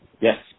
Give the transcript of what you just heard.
Yes